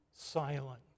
Silent